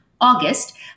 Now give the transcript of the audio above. August